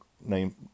name